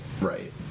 Right